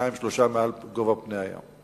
שניים או שלושה מעל גובה פני הים.